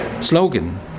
slogan